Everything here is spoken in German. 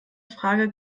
frage